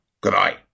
Goodbye